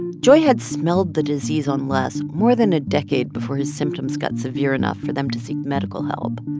joy had smelled the disease on les more than a decade before his symptoms got severe enough for them to seek medical help.